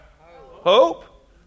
hope